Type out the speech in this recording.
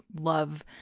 love